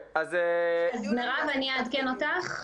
לגבי העניין של ההדרכות,